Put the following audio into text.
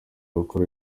gukora